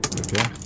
Okay